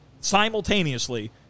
simultaneously